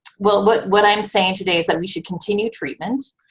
well, but what i'm saying today is that we should continue treatment